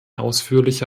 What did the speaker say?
ausführliche